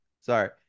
sorry